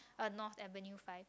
a north avenue five